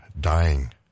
dying